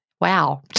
wow